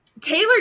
Taylor